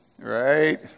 Right